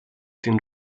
den